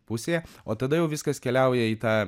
pusė o tada jau viskas keliauja į tą